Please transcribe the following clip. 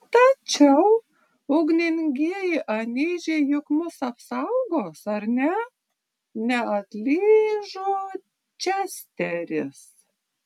tačiau ugningieji anyžiai juk mus apsaugos ar ne neatlyžo česteris